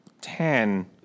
ten